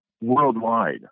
worldwide